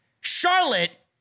Charlotte